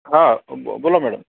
हा ब बोला मॅडम